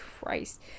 Christ